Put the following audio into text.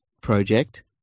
Project